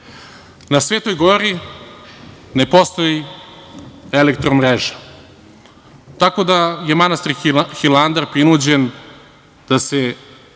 Svetoj gori ne postoji elektromreža, tako da je manastir Hilandar prinuđen da se